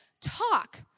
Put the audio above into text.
talk